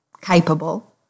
capable